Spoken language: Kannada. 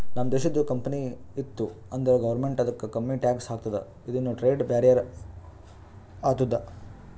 ನಮ್ದು ದೇಶದು ಕಂಪನಿ ಇತ್ತು ಅಂದುರ್ ಗೌರ್ಮೆಂಟ್ ಅದುಕ್ಕ ಕಮ್ಮಿ ಟ್ಯಾಕ್ಸ್ ಹಾಕ್ತುದ ಇದುನು ಟ್ರೇಡ್ ಬ್ಯಾರಿಯರ್ ಆತ್ತುದ